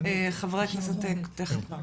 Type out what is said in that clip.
אני